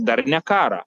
dar ne karą